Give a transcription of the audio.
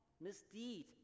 misdeed